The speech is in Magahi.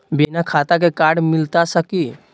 बिना खाता के कार्ड मिलता सकी?